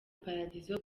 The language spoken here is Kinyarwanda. paradizo